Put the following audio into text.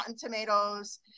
tomatoes